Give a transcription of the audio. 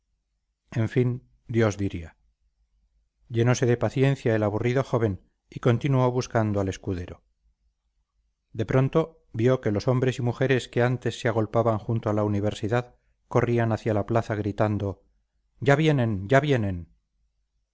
dios diría llenose de paciencia el aburrido joven y continuó buscando al escudero de pronto vio que los hombres y mujeres que antes se agolpaban junto a la universidad corrían hacia la plaza gritando ya vienen ya vienen